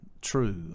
true